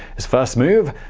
his first move?